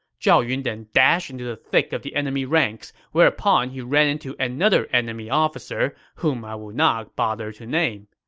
zhao yun then dashed into the thick of the enemy ranks, whereupon he ran into another enemy officer whom i will not bother to name.